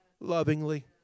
lovingly